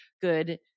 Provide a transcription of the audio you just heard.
good